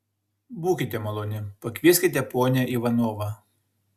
būkite maloni pakvieskite ponią ivanovą